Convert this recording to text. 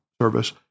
service